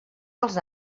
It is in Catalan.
els